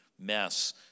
mess